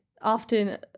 often